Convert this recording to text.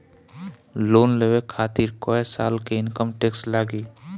Loan लेवे खातिर कै साल के इनकम टैक्स लागी?